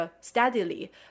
steadily